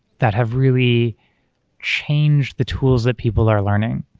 that have really changed the tools that people are learning,